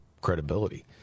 credibility